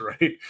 right